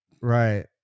Right